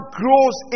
grows